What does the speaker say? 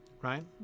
right